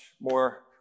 more